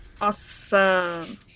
Awesome